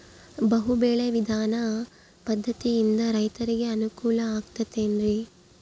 ಬಹು ಬೆಳೆ ವಿಧಾನ ಪದ್ಧತಿಯಿಂದ ರೈತರಿಗೆ ಅನುಕೂಲ ಆಗತೈತೇನ್ರಿ?